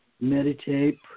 Meditate